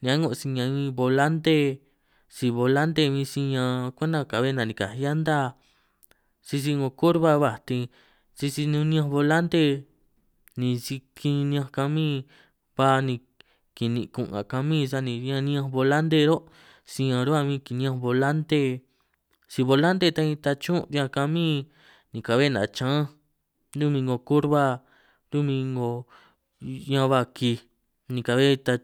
ni a'ngo si ñaan huin volante si volante huin si ñaan kwenta ka'hue nanikaj llanta, sisi 'ngo korba bajt ni sisi nun niñanj bolante ni si kiniñanj kamín ba ni kinin' kun' nga kamín sani ñan niñanj bolante ro' siñan ruhua huin kiniñanj bolante, si bolante ta huin tachún riñan kamín ni ka'hue nachanj run' min 'ngo kurba ru'min 'ngo ñan baj kij ni ka'hue tach.